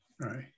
Right